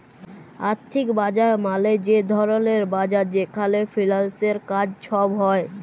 আথ্থিক বাজার মালে যে ধরলের বাজার যেখালে ফিল্যালসের কাজ ছব হ্যয়